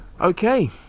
Okay